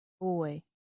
boy